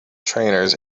trainers